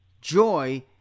Joy